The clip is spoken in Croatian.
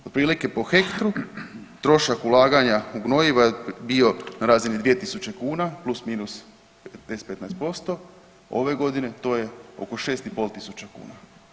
Otprilike po hektru trošak ulaganja u gnojiva je bio na razini 2.000 kuna plus minus 10-15% ove godine to je oko 6.500 kuna.